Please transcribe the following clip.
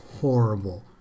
horrible